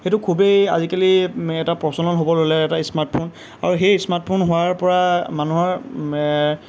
সেইটো খুবেই আজিকালি এটা প্ৰচলন হ'ব ল'লে এটা স্মাৰ্টফোন আৰু সেই স্মাৰ্টফোন হোৱাৰ পৰা মানুহৰ